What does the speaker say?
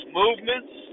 movements